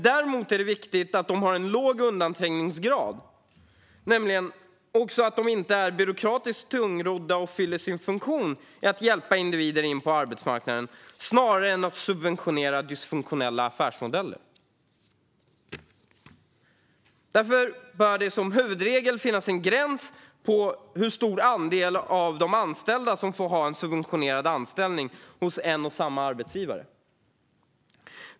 Det är dock viktigt att de har låg undanträngningsgrad, att de inte är byråkratiskt tungrodda och att de fyller sin funktion när det gäller att hjälpa individer in på arbetsmarknaden, snarare än att subventionera dysfunktionella affärsmodeller. Därför bör det som huvudregel finnas en gräns för hur stor andel av de anställda hos en och samma arbetsgivare som får ha en subventionerad anställning.